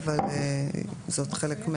אבל יש לו כללים כאלה